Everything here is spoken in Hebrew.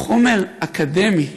חומר אקדמי,